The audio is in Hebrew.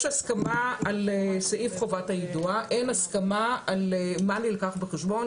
יש הסכמה על סעיף חובת היידוע ואין הסכמה על מה נלקח בחשבון,